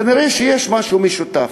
כנראה יש משהו משותף.